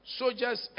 soldiers